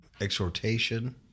exhortation